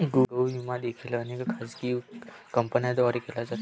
गृह विमा देखील अनेक खाजगी कंपन्यांद्वारे केला जातो